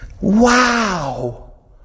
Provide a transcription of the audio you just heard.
wow